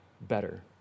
better